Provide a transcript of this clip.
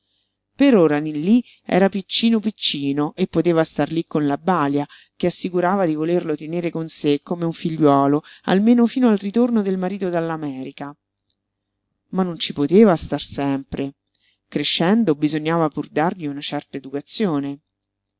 per ora nillí era piccino piccino e poteva star lí con la balia che assicurava di volerlo tenere con sé come un figliuolo almeno fino al ritorno del marito dall'america ma non ci poteva star sempre crescendo bisognava pur dargli una certa educazione